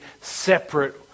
separate